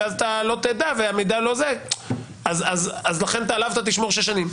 ואז אתה לא תדע, ולכן עליו תשמור שש שנים.